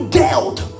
dealt